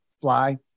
fly